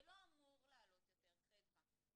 זה לא אמור לעלות יותר, חדוה.